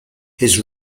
his